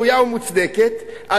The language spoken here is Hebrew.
ומוצדקת,